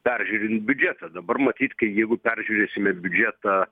peržiūrint biudžetą dabar matyt kai jeigu peržiūrėsime biudžetą